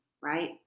right